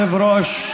כבוד היושב-ראש,